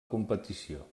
competició